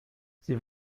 sie